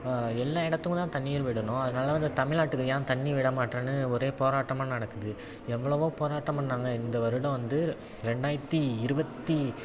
எல்லா இடத்துக்குந்தான் தண்ணீர் விடணும் அதனால அந்த தமிழ்நாட்டுக்கு ஏன் தண்ணி விட மாட்டேன்னு ஒரே போராட்டமாக நடக்குது எவ்வளோவோ போராட்டம் பண்ணாங்க இந்த வருடம் வந்து ரெண்டாயிரத்து இருபத்தி